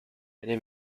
many